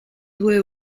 due